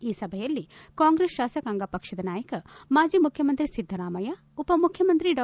ಈ ಸಭೆಯಲ್ಲಿ ಕಾಂಗ್ರೆಸ್ ಶಾಸಕಾಂಗ ಪಕ್ಷದ ನಾಯಕ ಮಾಜಿ ಮುಖ್ಯಮಂತ್ರಿ ಸಿದ್ದರಾಮಯ್ಯ ಉಪ ಮುಖ್ಯಮಂತ್ರಿ ಡಾ